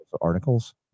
articles